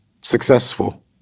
successful